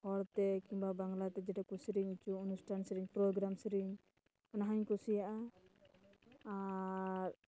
ᱦᱚᱲᱛᱮ ᱠᱤᱢᱵᱟ ᱵᱟᱝᱞᱟᱛᱮ ᱡᱮᱴᱟ ᱠᱚ ᱥᱮᱨᱮᱧ ᱚᱪᱚᱜ ᱚᱱᱩᱥᱴᱷᱟᱱ ᱥᱮᱨᱮᱧ ᱯᱨᱳᱜᱨᱟᱢ ᱥᱮᱨᱮᱧ ᱚᱱᱟ ᱦᱚᱧ ᱠᱩᱥᱤᱭᱟᱜᱼᱟ ᱟᱨ